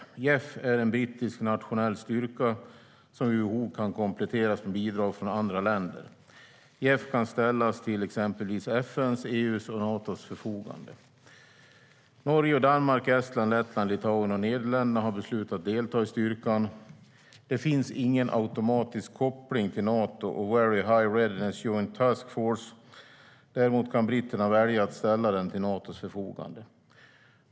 JEF är en brittisk nationell styrka som vid behov kan kompletteras med bidrag från andra länder. JEF kan ställas exempelvis till FN:s, EU:s och Natos förfogande. Norge, Danmark, Estland, Lettland, Litauen och Nederländerna har beslutat att delta i styrkan. Det finns ingen automatisk koppling till Nato och Very High Readiness Joint Task Force, VJTF. Däremot kan britterna välja att ställa den till Natos förfogande.